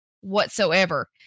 whatsoever